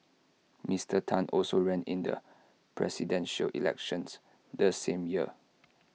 Mister Tan also ran in the Presidential Elections the same year